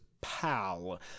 pal